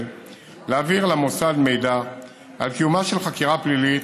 להעביר למוסד מידע על קיומה של חקירה פלילית